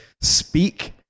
Speak